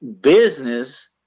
business